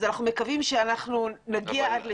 אנחנו מקווים שנגיע עד לשם.